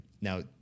Now